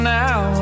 now